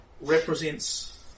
represents